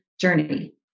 journey